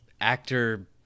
actor